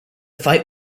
fight